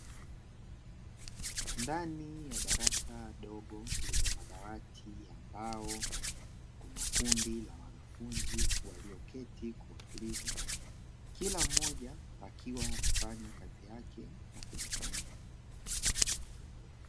Ndani ya darasa dogo lenye madawati ya mbao, kundi la wanafunzi walioketi kwa utulivu, kila mmoja akiwa anafanya kazi yake na kujisomea.